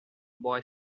boy